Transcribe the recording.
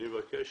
אני מבקש